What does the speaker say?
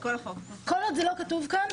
כל עוד זה לא כותב כאן,